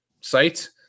site